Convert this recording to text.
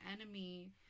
enemy